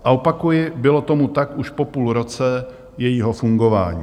A opakuji, bylo tomu tak po půl roce jejího fungování.